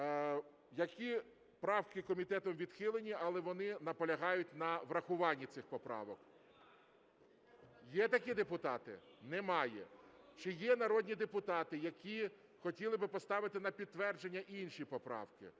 які правки комітетом відхилені, але вони наполягають на врахуванні цих поправок? Є такі депутати? Немає. Чи є народні депутати, які хотіли б поставити на підтвердження інші поправки,